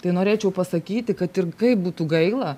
tai norėčiau pasakyti kad ir kaip būtų gaila